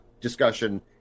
discussion